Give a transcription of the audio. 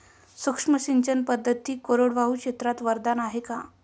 सूक्ष्म सिंचन पद्धती कोरडवाहू क्षेत्रास वरदान आहे का?